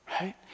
Right